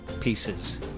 pieces